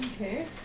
Okay